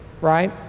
right